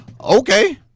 Okay